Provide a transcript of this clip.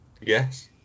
Yes